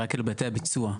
רק על היבטי הביצוע.